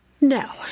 no